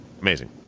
Amazing